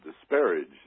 disparage